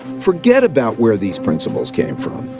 forget about where these principles came from.